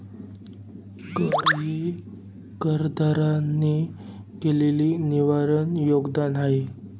कर हे करदात्याने केलेले अनिर्वाय योगदान आहे